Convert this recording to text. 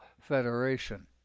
Federation